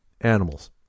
Animals